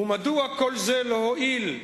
ומדוע כל זה לא הועיל,